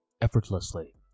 effortlessly